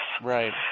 Right